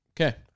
Okay